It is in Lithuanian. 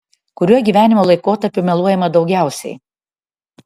kuriuo gyvenimo laikotarpiu meluojama daugiausiai